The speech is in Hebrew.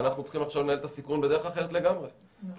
אנחנו צריכים עכשיו לנהל את הסיכון בדרך אחרת לגמרי כי